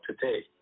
today